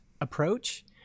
approach